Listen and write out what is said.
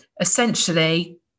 essentially